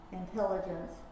intelligence